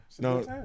No